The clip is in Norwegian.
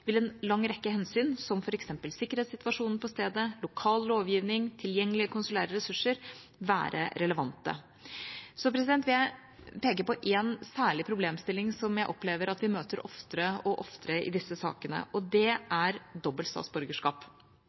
vil en lang rekke hensyn, som f.eks. sikkerhetssituasjonen på stedet, lokal lovgivning, tilgjengelige konsulære ressurser, være relevante. Så vil jeg peke på en særlig problemstilling som jeg opplever at vi møter oftere og oftere i disse sakene, og det er dobbelt statsborgerskap.